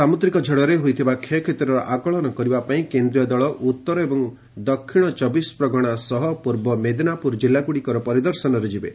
ସାମୁଦ୍ରିକ ଝଡ଼ରେ ହୋଇଥିବା କ୍ଷୟକ୍ଷତିର ଆକଳନ କରିବା ପାଇଁ କେନ୍ଦ୍ରୀୟ ଦଳ ଉତ୍ତର ଏବଂ ଦକ୍ଷିଣ ଚବିଶପ୍ରଗଣା ସହ ପୂର୍ବ ମେଦିନାପୁର କିଲ୍ଲାଗୁଡ଼ିକର ପରିଦର୍ଶନରେ ଯିବେ